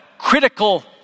critical